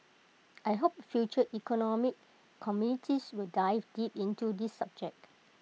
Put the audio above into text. I hope future economic committees will dive deep into this subject